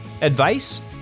advice